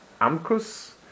Amkus